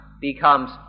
becomes